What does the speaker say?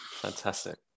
Fantastic